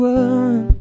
one